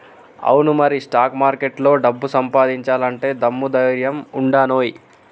అవును మరి స్టాక్ మార్కెట్లో డబ్బు సంపాదించాలంటే దమ్ము ధైర్యం ఉండానోయ్